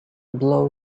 blow